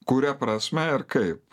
kuria prasme ir kaip